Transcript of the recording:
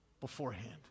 beforehand